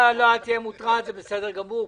אל תהיה מוטרד, זה בסדר גמור.